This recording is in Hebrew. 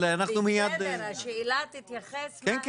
אנחנו מיד נבהיר את העניין.